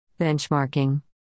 Benchmarking